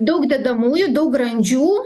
daug dedamųjų daug grandžių